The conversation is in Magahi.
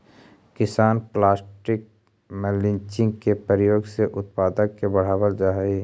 किसान प्लास्टिक मल्चिंग के प्रयोग से उत्पादक के बढ़ावल जा हई